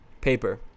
Paper